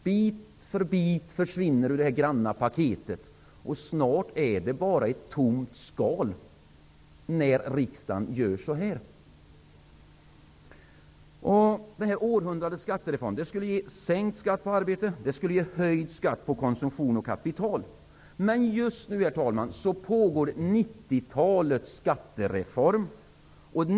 Bit för bit försvinner ur det granna paketet. När riksdagen gör så här är det snart bara ett tomt skal kvar. Århundradets skattereform skulle ge sänkt skatt på arbete och höjd skatt på konsumtion och kapital. Men just nu, herr talman, genomförs 90-talets skattereform.